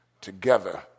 together